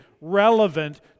relevant